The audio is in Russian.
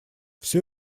всё